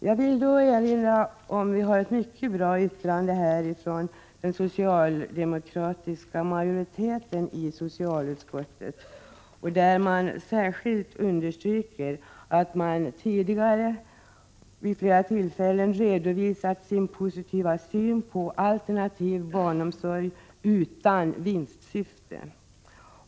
Jag vill erinra om att vi har ett mycket bra uttalande från den socialdemokratiska majoriteten i socialutskottet, som särskilt understryker att man tidigare vid flera tillfällen redovisat sin positiva syn på alternativ barnomsorg utan vinstsyfte.